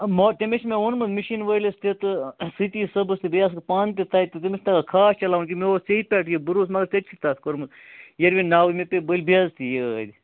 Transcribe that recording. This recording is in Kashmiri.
مگر تٔمۍ ہَے چھُ مےٚ ووٚنمُت مشیٖن وٲلِس تہِ تہٕ شکیٖل صٲبَس تہِ بیٚیہِ آسہٕ بہٕ پانہٕ تہِ تَتہِ تٔمِس تگان خاص چَلاوُن کیٚنٛہہ مےٚ اوس ژےٚ پیٚٹھ یہِ بروسہٕ مگر ژےٚ کیٛاہ چھُتھ تتھ کوٚرمُت یروٕنۍ ناوٕے مےٚ پیٚیہِ بٔلۍ بےٚ عزتی ٲدۍ